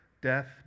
death